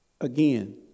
Again